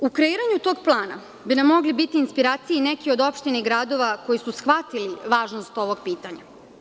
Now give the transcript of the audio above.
U kreiranju tog plana bi nam mogle biti od inspiracije i neke od opština i gradova koji su shvatili važnost ovog pitanja.